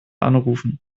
anrufen